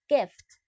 Gift